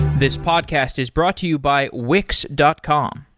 this podcast is brought to you by wix dot com.